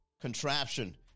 contraption